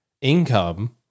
income